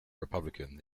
republican